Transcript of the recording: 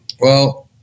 Well-